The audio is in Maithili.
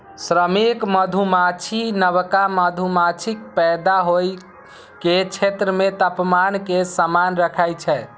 श्रमिक मधुमाछी नवका मधुमाछीक पैदा होइ के क्षेत्र मे तापमान कें समान राखै छै